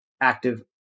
active